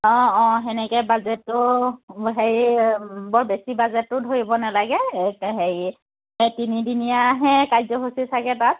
অঁ অঁ সেনেকে বাজেটটো হেৰি বৰ বেছি বাজেটটো ধৰিব নেলাগে হেৰি তিনিদিনীয়াহে কাৰ্যসূচী চাগে তাত